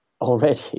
Already